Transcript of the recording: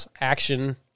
action